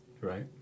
Right